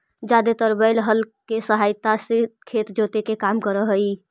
जादेतर बैल हल केसहायता से खेत जोते के काम कर हई